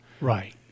Right